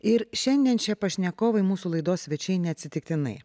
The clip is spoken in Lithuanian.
ir šiandien šie pašnekovai mūsų laidos svečiai neatsitiktinai